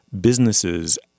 businesses